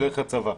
ילך לצבא.